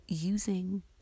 Using